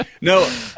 No